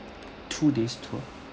two days tour